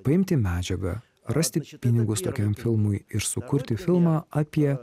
paimti medžiagą rasti pinigus tokiam filmui ir sukurti filmą apie